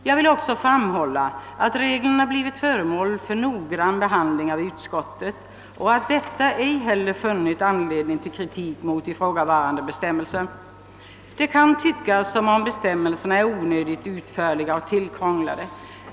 Jag vill också framhålla att reglerna noggrant behandlats av utskottet och att inte heller detta funnit anledning till kritik mot ifrågavarande bestämmelser. Det kan tyckas som om bestämmelserna är onödigt utförliga och tillkrånglade.